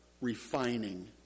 refining